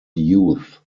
youth